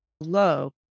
low